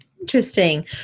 Interesting